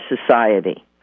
society